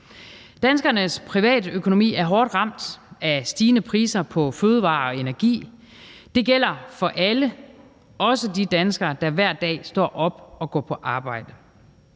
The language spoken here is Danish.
Danskernes privatøkonomi er hårdt ramt af stigende priser på fødevarer og energi – det gælder for alle, også de danskere, der hver dag står op og går på arbejde.